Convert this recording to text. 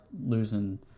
losing